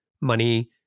money